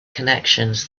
connections